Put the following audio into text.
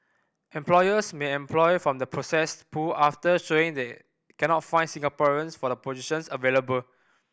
employers may employ from the processed pool after showing they cannot find Singaporeans for the positions available